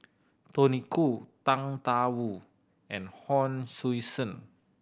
Tony Khoo Tang Da Wu and Hon Sui Sen